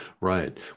right